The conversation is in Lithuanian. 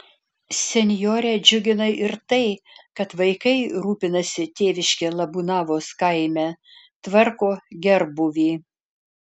senjorę džiugina ir tai kad vaikai rūpinasi tėviške labūnavos kaime tvarko gerbūvį